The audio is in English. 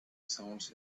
sounds